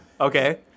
Okay